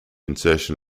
insertion